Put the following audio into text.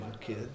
kid